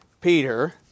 Peter